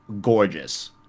gorgeous